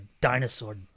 dinosaur